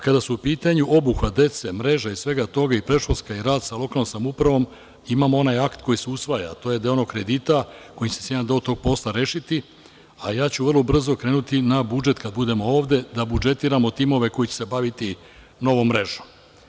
Kada su u pitanju obuhvat dece, mreža i svega toga i predškolska i rad sa lokalnom samoupravom, imam onaj akt koji se usvaja, a to je deo onog kredita, kojim će se jedan deo tog posla rešiti, a ja ću vrlo brzo krenuti na budžet kada budemo ovde, da budžetiramo timove koji će se baviti novom mrežom.